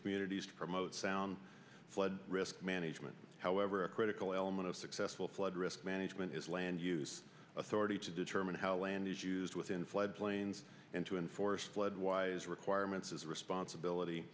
communities to promote sound flood risk management however a critical element of successful flood risk management is land use authority to determine how land is used within flood plains and to enforce flood wise requirements is the responsibility